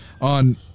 on